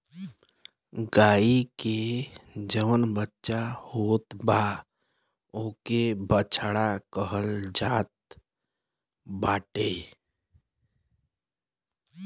गाई के जवन बच्चा होत बा ओके बछड़ा कहल जात बाटे